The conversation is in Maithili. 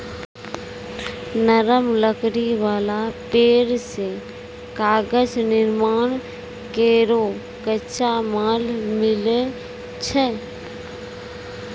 नरम लकड़ी वाला पेड़ सें कागज निर्माण केरो कच्चा माल मिलै छै